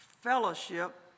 fellowship